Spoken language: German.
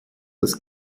das